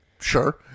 sure